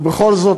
ובכל זאת,